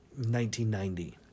1990